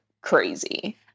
crazy